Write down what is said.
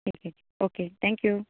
okay okay thank you